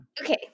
okay